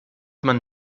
man